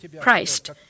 Christ